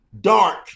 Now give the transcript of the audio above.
dark